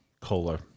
cola